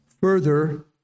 Further